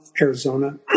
Arizona